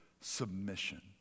submission